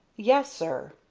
yes, sir.